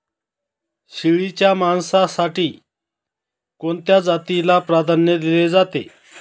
शेळीच्या मांसासाठी कोणत्या जातीला प्राधान्य दिले जाते?